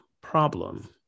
problem